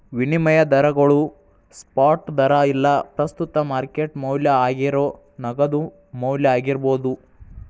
ವಿನಿಮಯ ದರಗೋಳು ಸ್ಪಾಟ್ ದರಾ ಇಲ್ಲಾ ಪ್ರಸ್ತುತ ಮಾರ್ಕೆಟ್ ಮೌಲ್ಯ ಆಗೇರೋ ನಗದು ಮೌಲ್ಯ ಆಗಿರ್ಬೋದು